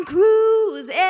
Cruise